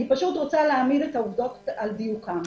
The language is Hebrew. אני רוצה להעמיד את העובדות על דיוקן.